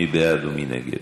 מי בעד ומי נגד?